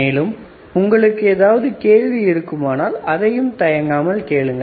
மேலும் உங்களுக்கு ஏதாவது கேள்வி இருக்குமானால் அதை தயங்காமல் கேளுங்கள்